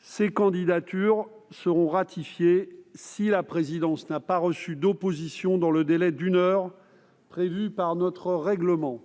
Ces candidatures seront ratifiées si la présidence n'a pas reçu d'opposition dans le délai d'une heure prévu par notre règlement.